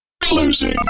Closing